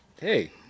hey